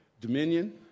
dominion